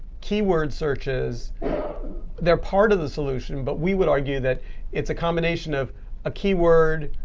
keyword searches they're part of the solution. but we would argue that it's a combination of a keyword,